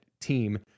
team